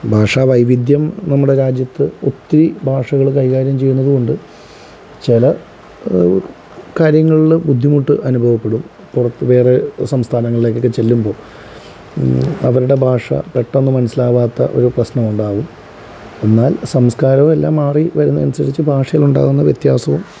ഭാഷ വൈവിധ്യം നമ്മുടെ രാജ്യത്ത് ഒത്തിരി ഭാഷകൾ കൈകാര്യം ചെയ്യുന്നതുകൊണ്ട് ചില കാര്യങ്ങളിൽ ബുദ്ധിമുട്ട് അനുഭവപ്പെടും പുറത്ത് വേറെ സംസ്ഥാനങ്ങളിലേക്കൊക്കെ ചെല്ലുമ്പോൾ അവരുടെ ഭാഷ പെട്ടെന്ന് മനസ്സിലാവാത്ത ഒരു പ്രശ്നമുണ്ടാവും എന്നാൽ സംസ്കാരമെല്ലാം മാറി വരുന്നതനുസരിച്ച് ഭാഷയിൽ ഉണ്ടാവുന്ന വ്യത്യാസവും